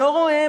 לא רואה,